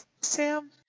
Sam